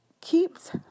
keeps